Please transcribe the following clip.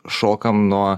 šokam nuo